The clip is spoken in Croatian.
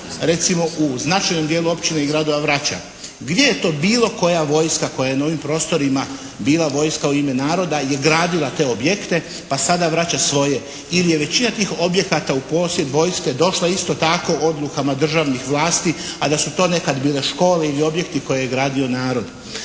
recimo u značajnom djelu općina i gradova vraća? Gdje je to bilo koja vojska koja je na ovim prostorima bila vojska u ime naroda je gradila te objekte, pa sada vraća svoje? Ili je većina tih objekata u posjed vojske došla isto tako odlukama državnih vlasti a da su to nekad bile škole i objekti koje je nekad gradio narod.